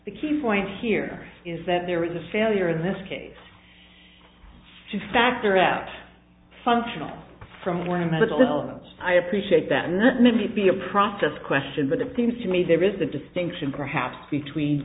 the key point here is that there was a failure in this case factor out functional from where i'm at a little close i appreciate that and maybe be a process question but it seems to me there is a distinction perhaps between